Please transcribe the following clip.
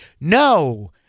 no